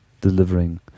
delivering